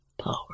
power